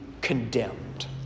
condemned